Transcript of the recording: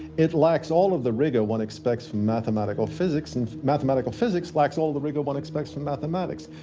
it lacks all of the rigor one expects from mathematical physics, and mathematical physics lacks all the rigor one expects from mathematics.